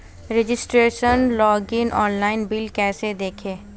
Registration login online bill कैसे देखें?